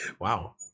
wow